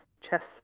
chess